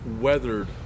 weathered